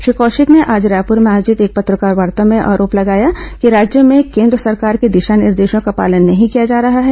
श्री कौशिक ने आज रायपुर में आयोजित एक पत्रकारवार्ता में आरोप लगाया कि राज्य में केन्द्र सरकार के दिशा निर्देशों का पालन नहीं किया जा रहा है